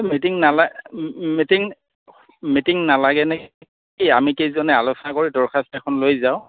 meeting নালাগ meeting meeting নালাগে নে আমি কেইজনে আলোচনা কৰি দৰখাস্ত এখন লৈ যাওঁ